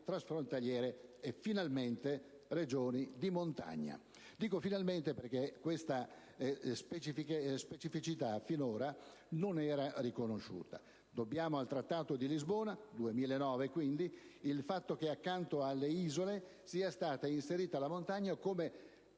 transfrontaliere e, finalmente, regioni di montagna. Dico finalmente perché questa specificità finora non era riconosciuta. Dobbiamo al Trattato di Lisbona, quindi al 2009, il fatto che, accanto alle isole, sia stata inserita la montagna come